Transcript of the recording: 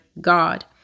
God